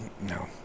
no